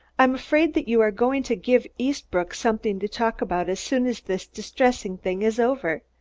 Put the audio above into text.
i'm afraid that you're going to give eastbrook something to talk about as soon as this distressing thing is over.